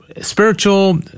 spiritual